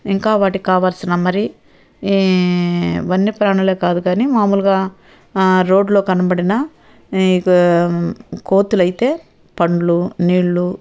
ఇంకా వాటి కావాల్సిన మరి ఈ వన్యప్రాణులే కాదు కానీ మాములుగా రోడ్లో కనబడిన ఈకో కోతులు అయితే పండ్లు నీళ్ళు